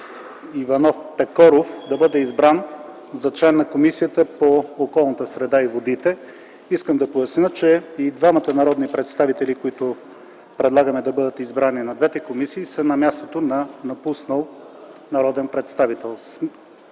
Иванов Такоров за член на Комисията по околната среда и водите.” Искам да поясня, че и двамата народни представители, които предлагаме да бъдат избрани в двете комисии, са на мястото на напуснал народен представител,